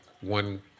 one